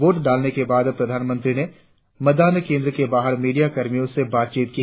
vote डालने के बाद प्रधानमंत्री ने मतदान केंद्र के बाहर मीडिया कर्मियों से बातचीत की